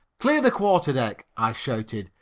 clear the quarter deck, i shouted,